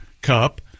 Cup